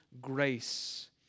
grace